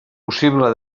possible